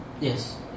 Yes